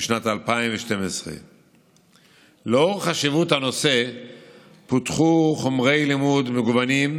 בשנת 2012. לאור חשיבות הנושא פותחו חומרי לימוד מגוונים,